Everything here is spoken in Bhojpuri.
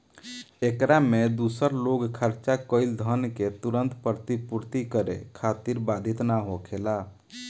एकरा में दूसर लोग खर्चा कईल धन के तुरंत प्रतिपूर्ति करे खातिर बाधित ना होखेला